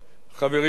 חברי הטוב,